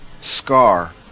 Scar